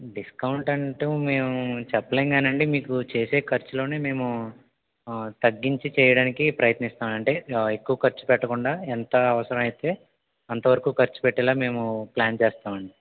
discount అంటూ మేము చెప్పలేం కానండి మీకు చేసే ఖర్చులోనే మేము తగ్గించి చేయడానికి ప్రయత్నిస్తాం అంటే ఎక్కువ ఖర్చు పెట్టకుండా ఎంత అవసరమయితే అంతవరకు ఖర్చు పెట్టేలాగ మేము ప్ల్యాన్ చేస్తామండి